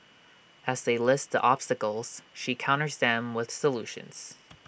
as they list the obstacles she counters them with solutions